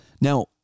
Now